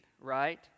right